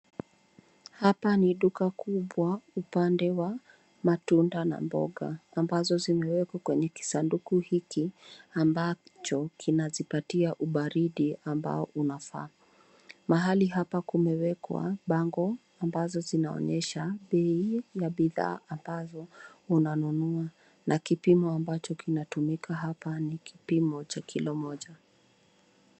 Hapa ni duka kubwa upande wa matunda na mboga, ambazo zimewekwa kwenye kisanduku hiki ambacho kinazipatia ubaridi ambao unafaa. Mahali hapa kumewekwa bango ambazo zinaonyesha bei ya bidhaa ambazo unanunua, na kipimo ambacho kinatumika hapa ni kipimo cha kilo moja.